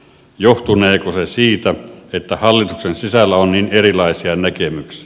johtuneeko se siitä että hallituksen sisällä on niin erilaisia näkemyksiä